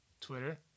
Twitter